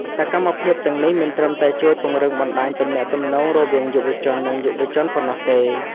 សកម្មភាពទាំងនេះមិនត្រឹមតែជួយពង្រឹងបណ្ដាញទំនាក់ទំនងរវាងយុវជន និងយុវជនប៉ុណ្ណោះទេ។